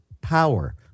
power